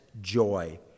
joy